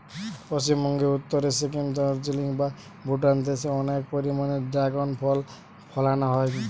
পশ্চিমবঙ্গের উত্তরে সিকিম, দার্জিলিং বা ভুটান দেশে অনেক পরিমাণে দ্রাগন ফল ফলানা হয়